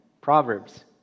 Proverbs